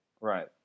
Right